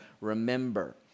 Remember